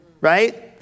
Right